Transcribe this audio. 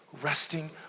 resting